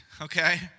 okay